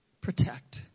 protect